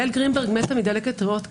יעל גרינברג מתה מדלקת ריאות קשה.